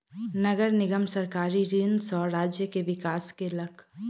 नगर निगम सरकारी ऋण सॅ राज्य के विकास केलक